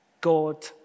God